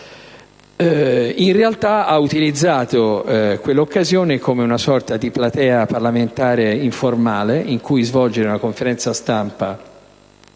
In realtà, ha utilizzato quella occasione come una sorta di platea parlamentare informale in cui svolgere una conferenza stampa